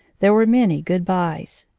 there were many good-byes.